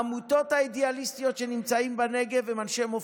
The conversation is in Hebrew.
העמותות האידיאליסטיות שנמצאות בנגב הן מאנשי מופת.